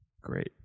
Great